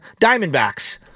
Diamondbacks